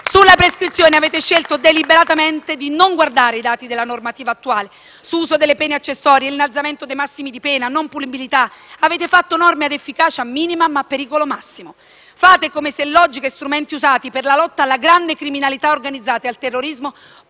Sulla prescrizione avete scelto deliberatamente di non guardare i dati della normativa attuale su uso delle pene accessorie, innalzamento dei massimi di pena e non punibilità. Avete fatto norme a efficacia minima, ma a pericolo massimo. Fate come se logica e strumenti usati per la lotta alla grande criminalità organizzata e al terrorismo